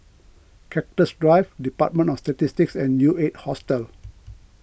Cactus Drive Department of Statistics and U eight Hostel